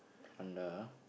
Honda